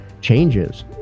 changes